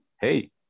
Hey